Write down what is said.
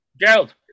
gerald